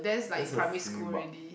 that's a free mark